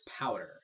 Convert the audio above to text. powder